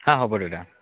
হা হ'ব দাদা